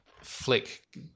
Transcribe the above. Flick